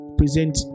present